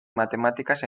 matemáticas